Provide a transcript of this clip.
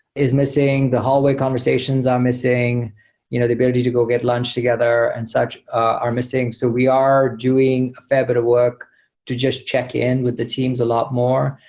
is missing the hallway conversations, are missing you know the ability to go get lunch together and such are missing. so we are doing fair bit of work to just check-in with the teams a lot more.